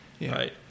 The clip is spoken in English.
right